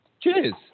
Cheers